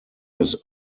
his